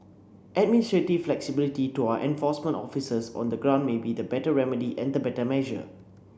administrative flexibility to our enforcement officers on the ground may be the better remedy and the better measure